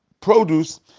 produce